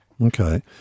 Okay